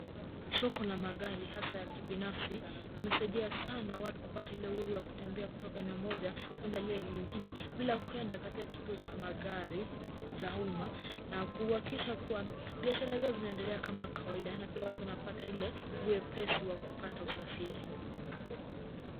Soko la magari hasa ya kibinafsi imesaidia sana watu kupata ile uhuru ya kutembea kutoka eneo moja kwenda lile lingine bila kwenda katika kituo cha magari za umma na kuhakikisha kuwa biashara zao zinaendelea kama kawaida na pia watu wanapata ile wepesi wa kupata usafiri.